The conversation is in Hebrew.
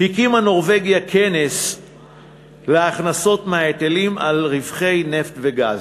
הקימה נורבגיה קרן להכנסות מההיטלים על רווחי נפט וגז.